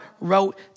wrote